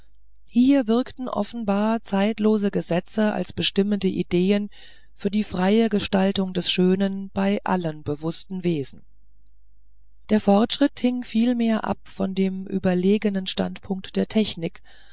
hier wirkten offenbar zeitlose gesetze als bestimmende ideen für die freie gestaltung des schönen bei allen bewußten wesen der fortschritt hing vielmehr ab von dem überlegenen standpunkt der technik